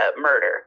murder